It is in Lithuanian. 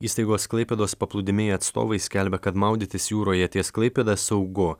įstaigos klaipėdos paplūdimiai atstovai skelbia kad maudytis jūroje ties klaipėda saugu